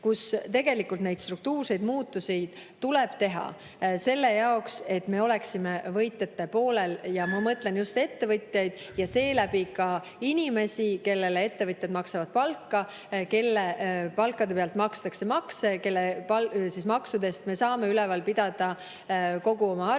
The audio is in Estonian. kus tegelikult tuleb teha struktuurseid muudatusi selle jaoks, et me oleksime võitjate poolel. Ma mõtlen just ettevõtjaid ja seeläbi ka inimesi, kellele ettevõtjad maksavad palka, kelle palga pealt makstakse makse, kelle maksudest me saame üleval pidada kogu oma